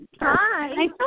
Hi